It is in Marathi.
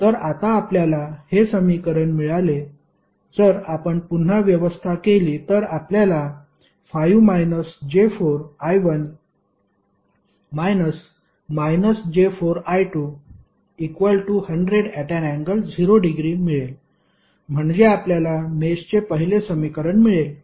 तर आता आपल्याला हे समीकरण मिळाले जर आपण पुन्हा व्यवस्था केली तर आपल्याला 5 − j4 I1 I2 100∠0◦ मिळेल म्हणजे आपल्याला मेषचे पहिले समीकरण मिळेल